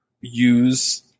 use